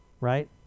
Right